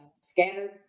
Scattered